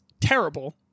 terrible